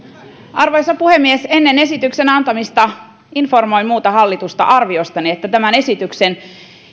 arvoisa puhemies ennen esityksen antamista informoin muuta hallitusta arviostani että tämän esityksen